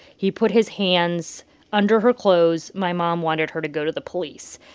he put his hands under her clothes. my mom wanted her to go to the police.